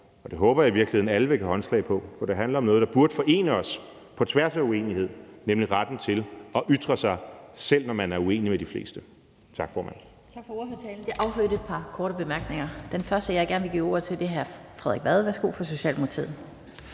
Det håber jeg i virkeligheden at alle vil give håndslag på, for det handler om noget, der burde forene os på tværs af uenighed, nemlig retten til at ytre sig, selv når man er uenig med de fleste. Tak, formand.